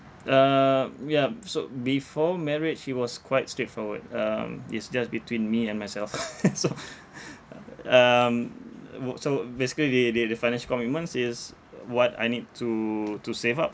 uh yup so before marriage it was quite straightforward um it's just between me and myself so uh um wo~ so basically the the the financial commitments is uh what I need to to save up